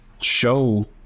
show